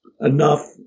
enough